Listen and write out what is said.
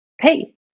pay